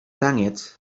taniec